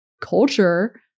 culture